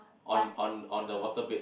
on on on the water bed